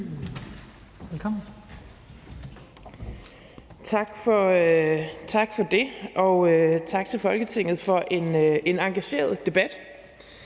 Velkommen.